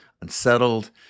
unsettled